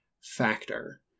factor